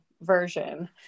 version